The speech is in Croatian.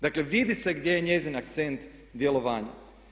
Dakle, vidi se gdje je njezina akcent djelovanja.